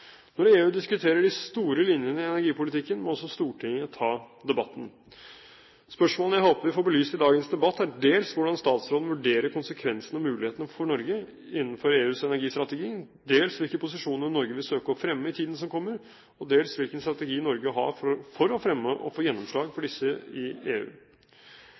Når EU diskuterer de store linjene i energipolitikken, må også Stortinget ta debatten. Spørsmålene jeg håper vi får belyst i dagens debatt, er dels hvordan statsråden vurderer konsekvensene og mulighetene for Norge innenfor EUs energistrategi, dels hvilke posisjoner Norge vil søke å fremme i tiden som kommer, og dels hvilken strategi Norge har for å fremme og få gjennomslag for disse i EU.